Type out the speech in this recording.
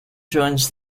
joins